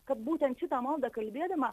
kad būtent šitą maldą kalbėdama